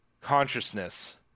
consciousness